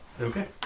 Okay